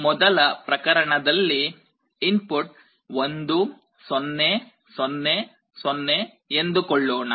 ಮೊದಲ ಪ್ರಕರಣದಲ್ಲಿ ಇನ್ಪುಟ್ 1 0 0 0 ಎಂದುಕೊಳ್ಳೋಣ